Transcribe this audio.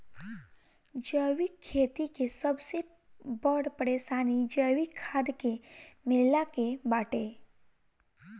जैविक खेती के सबसे बड़ परेशानी जैविक खाद के मिलला के बाटे